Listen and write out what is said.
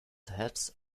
heads